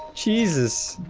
jesus